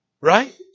Right